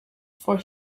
for